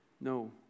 No